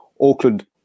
Auckland